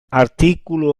artikulu